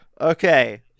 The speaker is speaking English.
okay